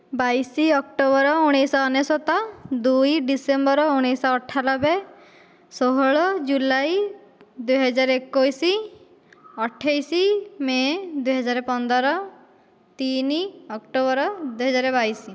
ବାଇଶ ଅକ୍ଟୋବର ଉଣେଇଶହ ଅନେଶ୍ୱତ ଦୁଇ ଡିସେମ୍ବର ଉଣେଇଶହ ଅଠାନବେ ଷୋହଳ ଜୁଲାଇ ଦୁଇହଜାର ଏକୋଇଶ ଅଠେଇଶ ମେ ଦୁଇହଜାର ପନ୍ଦର ତିନି ଅକ୍ଟୋବର ଦୁଇହଜାର ବାଇଶ